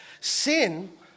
Sin